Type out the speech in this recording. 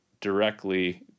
directly